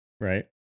right